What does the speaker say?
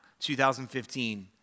2015